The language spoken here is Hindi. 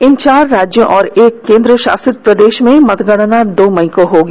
इन चार राज्यों और एक केंद्रशासित प्रदेश में मतगणना दो मई को होगी